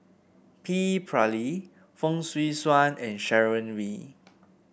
P Ramlee Fong Swee Suan and Sharon Wee